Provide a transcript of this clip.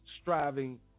striving